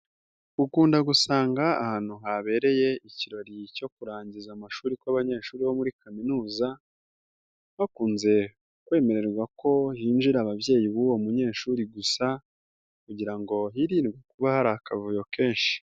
Ukunda gusanga ahantu habereye ikirori cyo kurangiza amashuri kw'abanyeshuri bo muri kaminuza bakunze kwemererwa ko hinjira ababyeyi b'uwo munyeshuri gusa kugira ngo hirindwe kuba hari akavuyo kenshi.